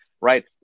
Right